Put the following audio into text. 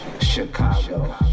Chicago